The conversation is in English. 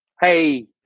Hey